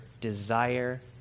desire